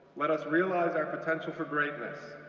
let us realize our potential for greatness.